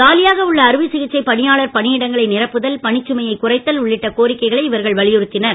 காலியாக உள்ள அறுவை சிகிச்சை பணியாளர் பணியிடங்களை நிரப்புதல் பணிச் சுமையை குறைத்தல் உள்ளிட்ட கோரிக்கைகளை இவர்கள் வலியுறுத்தினர்